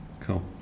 cool